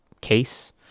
case